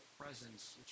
presence